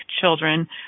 children